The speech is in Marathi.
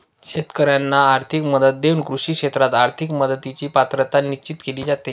शेतकाऱ्यांना आर्थिक मदत देऊन कृषी क्षेत्रात आर्थिक मदतीची पात्रता निश्चित केली जाते